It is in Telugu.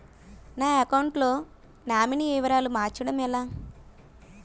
నా అకౌంట్ లో నామినీ వివరాలు మార్చటం ఎలా?